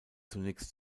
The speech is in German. zunächst